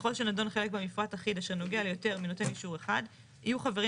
ככל שנדון חלק במפרט אחיד אשר נוגע ליותר מנותן אישור אחד יהיו חברים